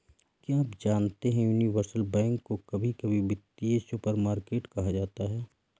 क्या आप जानते है यूनिवर्सल बैंक को कभी कभी वित्तीय सुपरमार्केट कहा जाता है?